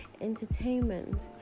entertainment